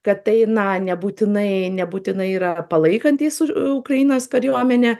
kad tai na nebūtinai nebūtinai yra palaikantys ur ukrainos kariuomenę